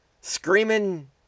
screaming